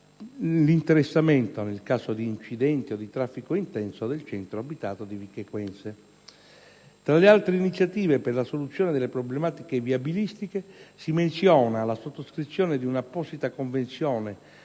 l'interessamento, nel caso di incidente o di traffico intenso, del centro abitato di Vico Equense. Tra le altre iniziative per la soluzione delle problematiche viabilistiche, si menziona la sottoscrizione di un'apposita convenzione